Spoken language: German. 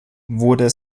wurde